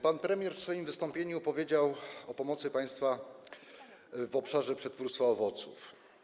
Pan premier w swoim wystąpieniu powiedział o pomocy państwa w obszarze przetwórstwa owoców.